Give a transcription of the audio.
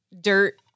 dirt